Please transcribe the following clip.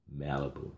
Malibu